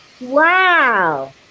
wow